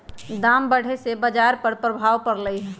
दाम बढ़े से बाजार पर प्रभाव परलई ह